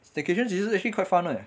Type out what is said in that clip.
staycation 其实 actually quite fun leh